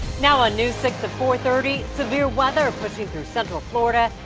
now on news six at four thirty, severe weather pushing through central florida.